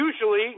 usually